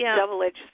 double-edged